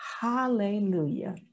Hallelujah